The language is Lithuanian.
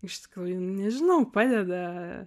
iš tikrųjų nežinau padeda